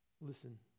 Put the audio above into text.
Listen